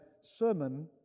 sermon